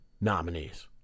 nominees